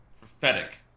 prophetic